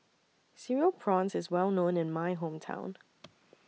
Cereal Prawns IS Well known in My Hometown